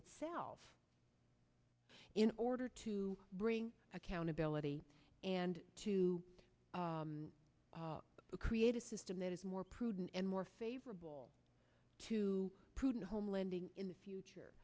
itself in order to bring accountability and to create a system that is more prudent and more favorable to prudent home lending in the future